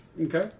Okay